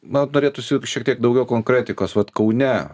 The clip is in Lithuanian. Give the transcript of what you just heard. na norėtųsi šiek tiek daugiau konkretikos vat kaune